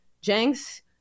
Jenks